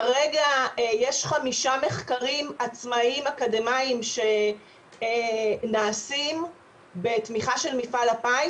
כרגע יש חמישה מחקרים עצמאיים אקדמאיים שנעשים בתמיכה של מפעל הפיס